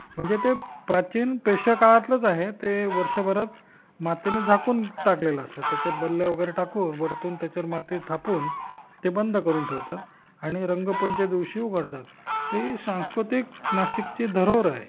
म्हणजे ते प्राचीन पेशवे काळातलंच आहे ते वर्षभरात मातीने झाकून टाकलेलं असतात त्याच्यात बल्ले वगैरे टाकून वरतून त्याच्यावर माती थापून ते बंद करून ठेवतात आणि रंगपंचमीच्या दिवशी उघडतात ते सांस्कृतिक नाशिकची धरोहर आहे